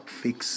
fix